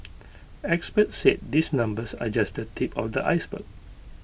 experts said these numbers are just the tip of the iceberg